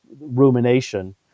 rumination